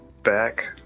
back